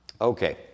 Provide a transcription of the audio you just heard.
Okay